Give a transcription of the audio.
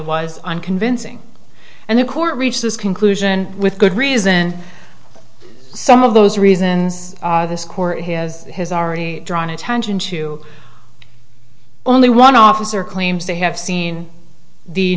was unconvincing and the court reached this conclusion with good reason and some of those reasons this court has has already drawn attention to only one officer claims they have seen the